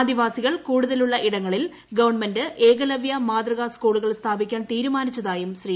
ആദിവാസികൾ കൂടുതലുള്ള ഇടങ്ങളിൽ ഗവൺമെന്റ് മാതൃക സ്കൂളുകൾ സ്ഥാപിക്കാൻ തീരുമാനിച്ചതായും ശ്രീ